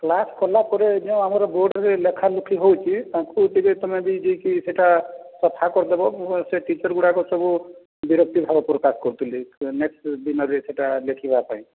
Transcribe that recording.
class ସରିଲା ପରେ ଏ ଯେଉଁ ଆମର ବୋର୍ଡ଼ରେ ଲେଖାଲେଖି ହେଉଛି ତାଙ୍କୁ ଟିକିଏ ତମେ ବି ଯାଇକି ସେଟା ସଫା କରିଦେବ ସେ ଟିଚର୍ ଗୁଡ଼ାକ ସବୁ ବିରକ୍ତି ଭାବ ପ୍ରକାଶ କରୁଥିଲେ ନେକ୍ସ୍ଟ୍ ଦିନରେ ସେଟା ଲେଖିବାପାଇଁ